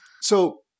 So-